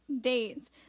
dates